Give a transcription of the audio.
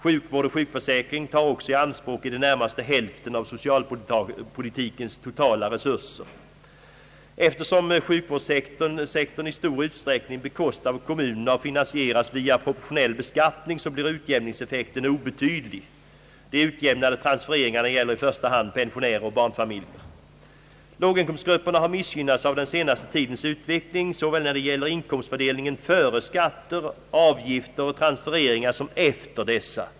Sjukvård och sjukförsäkring tar också i anspråk i det närmaste hälften av socialpolitikens totala resurser. Eftersom sjukvårdssektorn i stor utsträckning bekostas av kommunerna och finansieras via proportionell beskattning, blir utjämningseffekten obetydlig. De utjämnande transfereringarna gäller i första hand pensionärer och barnfamiljer. Låginkomstgrupperna har missgynnats av den senaste tidens utveckling när det gäller inkomstfördelningen såväl före skatter, avgifter samt transfereringar som efter dessa.